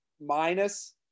minus